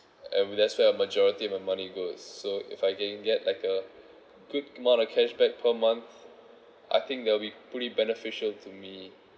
and that's where majority of my money goes so if I can get like a good amount of cashback per month I think that'll be fully beneficial to me